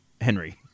Henry